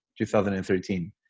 2013